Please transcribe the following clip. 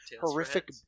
horrific